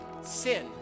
sin